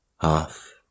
half